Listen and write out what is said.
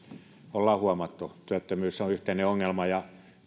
on huomattu työttömyys on yhteinen ongelma ja